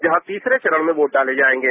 जहां तीसरे चरण में वोट डाले जाएगे